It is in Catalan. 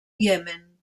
iemen